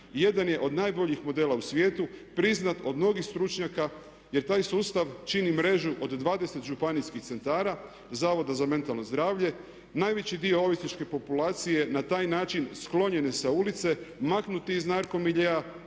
jedan je od najboljih modela u svijetu priznat od mnogih stručnjaka, jer taj sustav čini mrežu od 20 županijskih centara, Zavoda za mentalno zdravlje. Najveći dio ovisničke populacije na taj način sklonjen je sa ulice, maknut je iz narko miljea